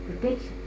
protection